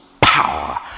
power